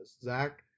Zach